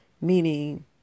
meaning